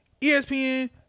ESPN